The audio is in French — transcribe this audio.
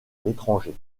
l’étranger